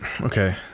okay